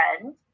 friend